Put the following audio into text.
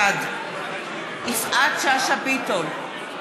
בעד יפעת שאשא ביטון,